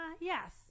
yes